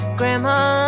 grandma